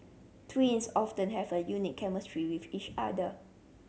twins often have a unique chemistry with each other